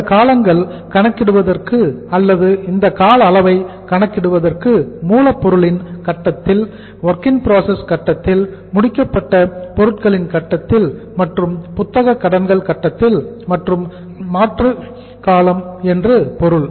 இந்த காலங்கள் கணக்கிடுவதற்கு அல்லது இந்த கால அளவை கணக்கிடுவதற்கு மூலப்பொருளின் கட்டத்தில் WIP கட்டத்தில் முடிக்கப்பட்ட பொருட்களின் கட்டத்தில் மற்றும் புத்தக கடன்கள் கட்டத்தில் மாற்றும் காலம் என்று பொருள்